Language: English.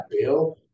Bill